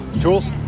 tools